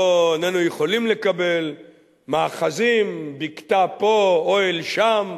איננו יכולים לקבל מאחזים, בקתה פה, אוהל שם,